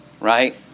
right